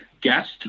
guest